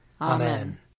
Amen